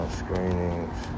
screenings